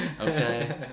Okay